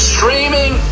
Streaming